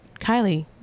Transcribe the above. Kylie